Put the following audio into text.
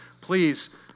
please